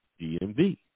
DMV